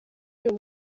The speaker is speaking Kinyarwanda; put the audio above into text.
uyu